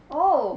oh